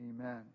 Amen